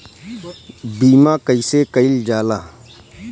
बीमा कइसे कइल जाला?